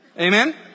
Amen